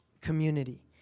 community